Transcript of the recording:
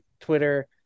Twitter